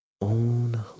own